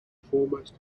foremost